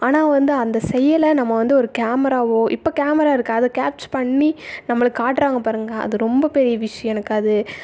ஆனால் வந்து அந்த செயலை நம்ம வந்து ஒரு கேமராவோ இப்போ கேமரா இருக்குது அதை கேப்ச் பண்ணி நம்மளுக்கு காட்டுறாங்க பாருங்கள் அது ரொம்ப பெரிய விஷயம் எனக்கு அது